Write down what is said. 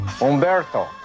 Umberto